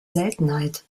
seltenheit